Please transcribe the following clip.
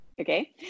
okay